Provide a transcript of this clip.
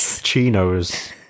Chinos